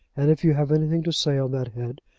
and if you have anything to say on that head,